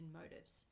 motives